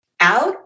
out